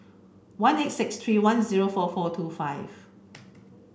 one eight six three one zero four four two five